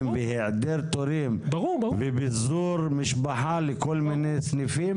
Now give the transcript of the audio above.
והיעדר תורים ופיזור משפחה לכל מיני סניפים?